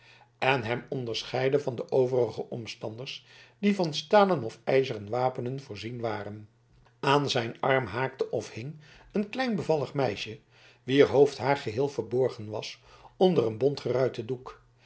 en hem onderscheidde van de overige omstanders die van stalen of ijzeren wapenen voorzien waren aan zijn arm haakte of hing een klein bevallig meisje wier hoofdhaar geheel verborgen was onder een bontgeruiten doek